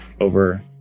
over